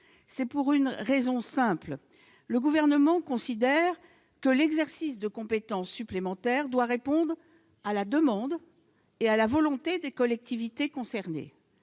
C'est pour une raison simple : le Gouvernement considère que l'exercice de compétences supplémentaires doit répondre à la demande et à la volonté des collectivités concernées.